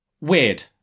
Weird